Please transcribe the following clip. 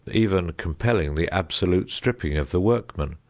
even compelling the absolute stripping of the workman,